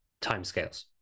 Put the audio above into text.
timescales